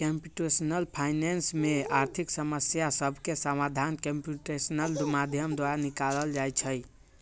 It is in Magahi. कंप्यूटेशनल फाइनेंस में आर्थिक समस्या सभके समाधान कंप्यूटेशनल माध्यम द्वारा निकालल जाइ छइ